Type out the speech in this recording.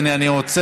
הינה, אני עוצר.